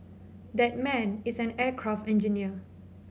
that man is an aircraft engineer